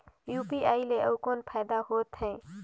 UPI ले अउ कौन फायदा होथ है?